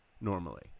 normally